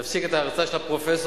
יפסיק את ההרצאה של הפרופסור,